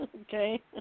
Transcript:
Okay